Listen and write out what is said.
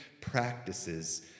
practices